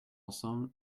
ensemble